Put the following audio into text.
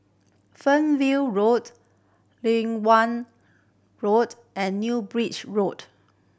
Fernvale Road Road and New Bridge Road